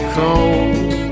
cold